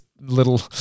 Little